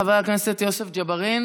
חבר הכנסת יוסף ג'בארין